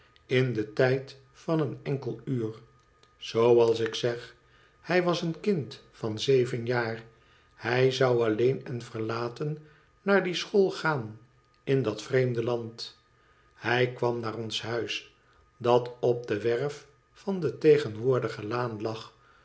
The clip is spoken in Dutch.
in den tijd van een enkel uur zooals ik zeg hij was een kind van zeven jaar hij zou alleen en verlaten naar die school gaan in dat vreemde land hij kwam naar ons huis dat op de werf van de tegenwoordige laan lag